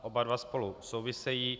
Oba dva spolu souvisejí.